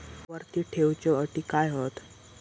आवर्ती ठेव च्यो अटी काय हत?